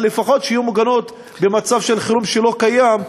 לפחות שיהיו מוגנות במצב של חירום שלא קיים,